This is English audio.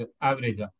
average